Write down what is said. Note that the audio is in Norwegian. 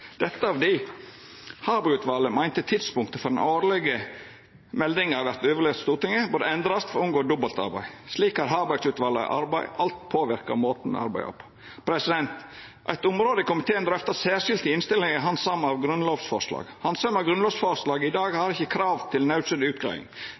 Dette av di Harberg-utvalet meinte tidspunktet for overleveringa av den årlege meldinga til Stortinget bør endrast for å unngå dobbeltarbeid. Slik har Harberg-utvalet sitt arbeid allereie påverka måten me arbeider på. Eit område komiteen drøfta særskilt i innstillinga, er handsaming av grunnlovsforslag. Handsaming av grunnlovsforslag i dag